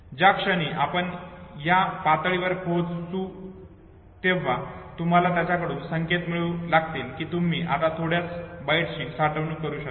ज्या क्षणी आपण त्या पातळीवर पोहचू तेव्हा तुम्हाला त्याच्याकडून संकेत मिळू लागतील कि तुम्ही आता थोड्याच बाईटची साठवणूक करू शकतात